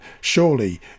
surely